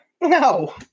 No